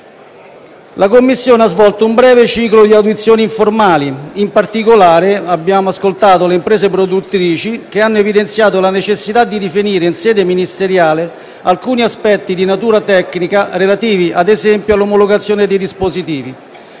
La Commissione ha svolto un breve ciclo di audizioni informali. In particolare, abbiamo ascoltato le imprese produttrici che hanno evidenziato la necessità di definire in sede ministeriale alcuni aspetti di natura tecnica relativi, ad esempio, all'omologazione dei dispositivi.